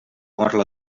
orla